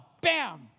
Bam